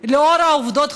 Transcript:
לאור העובדות החדשות,